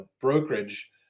brokerage